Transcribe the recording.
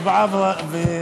הצבעה ותשובה,